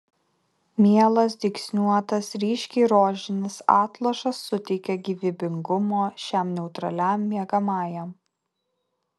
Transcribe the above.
mielas dygsniuotas ryškiai rožinis atlošas suteikia gyvybingumo šiam neutraliam miegamajam